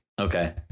Okay